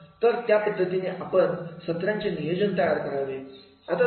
तर त्या पद्धतीने ते आपण सत्रांचे नियोजन तयार करावे